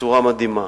בצורה מדהימה.